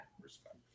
Respect